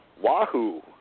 Wahoo